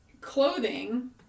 Clothing